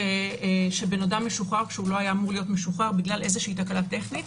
שאדם משוחרר כשלא היה אמור להיות משוחרר בגלל תקלה טכנית,